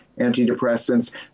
antidepressants